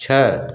छः